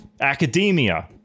academia